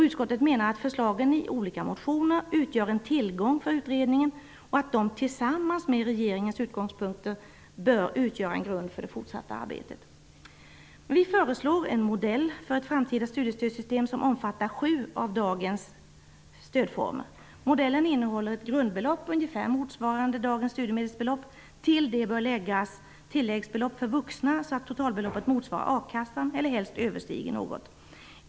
Utskottet menar att förslagen i de olika motionerna utgör en tillgång för utredningen och att de tillsammans med regeringens utgångspunkter bör utgöra en grund för det fortsatta arbetet. Vi föreslår en modell för ett framtida studiestödssystem som omfattar sju av dagens stödformer. Modellen innehåller ett grundbelopp, ungefär motsvarande dagens studiemedelsbelopp. Till det bör läggas tilläggsbelopp för vuxna, så att totalbeloppet motsvarar a-kassa eller helst överstiger denna något.